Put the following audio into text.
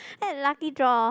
and lucky draw